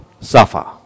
suffer